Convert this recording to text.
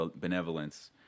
benevolence